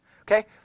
Okay